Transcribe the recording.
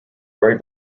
very